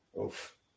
oof